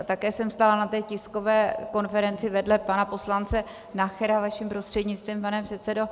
Také jsem stála na té tiskové konferenci vedle pana poslance Nachera, vaším prostřednictvím, pane předsedo.